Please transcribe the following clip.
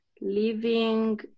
living